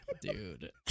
Dude